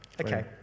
Okay